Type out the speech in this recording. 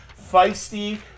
feisty